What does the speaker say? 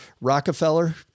Rockefeller